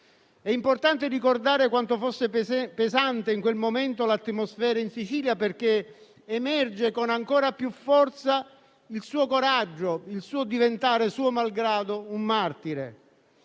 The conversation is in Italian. È importante ricordare quanto fosse pesante in quel momento l'atmosfera in Sicilia, perché emerge con ancora più forza il suo coraggio, il suo diventare suo malgrado un martire.